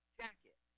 jacket